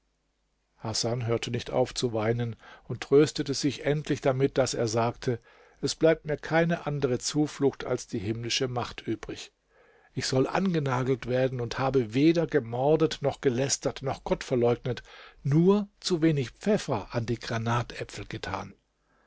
hasan hörte nicht auf zu weinen und tröstete sich endlich damit daß er sagte es bleibt mir keine andere zuflucht als die himmlische macht übrig ich soll angenagelt werden und habe weder gemordet noch gelästert noch gott verleugnet nur zu wenig pfeffer an die granatäpfel getan